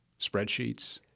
spreadsheets